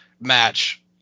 match